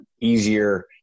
easier